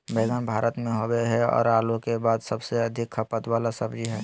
बैंगन भारत में होबो हइ और आलू के बाद सबसे अधिक खपत वाला सब्जी हइ